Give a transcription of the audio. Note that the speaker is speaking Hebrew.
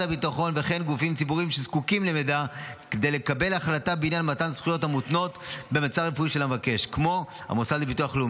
וזאת לרבות בעת מעבר המבוטח בין קופות